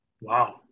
wow